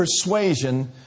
persuasion